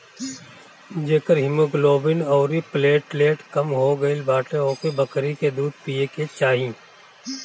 जेकर हिमोग्लोबिन अउरी प्लेटलेट कम हो गईल बाटे ओके बकरी के दूध पिए के चाही